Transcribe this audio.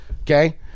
Okay